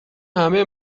همه